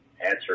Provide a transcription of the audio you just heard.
Answer